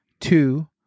two